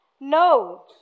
No